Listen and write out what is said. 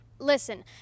Listen